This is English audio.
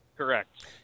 Correct